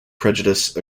prejudice